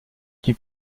n’eut